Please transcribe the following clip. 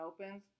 opens